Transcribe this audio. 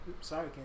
Sorry